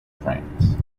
france